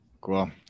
cool